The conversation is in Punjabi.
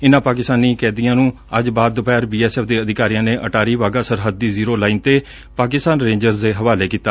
ਇਨਾਂ ਪਾਕਿਸਤਾਨ ਕੈਦੀਆਂ ਨੂੰ ਅੱਜ ਬਾਅਦ ਦੁਪਹਿਰ ਬੀ ਐਸ ਐਫ ਦੇ ਅਧਿਕਾਰੀਆਂ ਨੇ ਅਟਾਰੀ ਵਾਘਾ ਸਰਹੱਦ ਦੀ ਜ਼ੀਰੋ ਲਾਈਨ ਤੇ ਪਾਕਿਸਤਾਨ ਰੇਂਜਰਸ ਦੇ ਹਵਾਲੇ ਕੀਤਾ